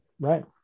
Right